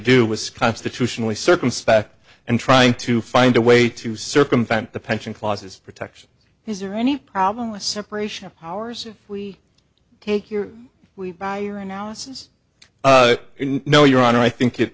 do was constitutionally circumspect and trying to find a way to circumvent the pension clauses protection is there any problem with separation of powers we take here we buy your analysis no your honor i think it